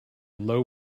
low